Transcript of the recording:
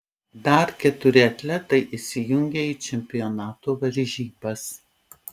dar keturi atletai įsijungia į čempionato varžybas